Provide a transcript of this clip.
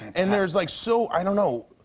and there's, like, so i don't know.